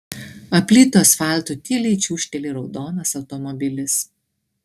aplytu asfaltu tyliai čiūžteli raudonas automobilis